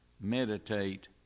meditate